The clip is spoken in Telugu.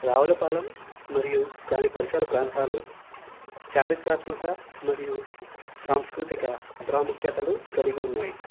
రావులపాలెం మరియు దాని పరిసర ప్రాంతాలు చారిత్రాత్మక మరియు సాంస్కృతిక ప్రాముఖ్యతలు కలిగి ఉన్నాయి